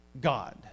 God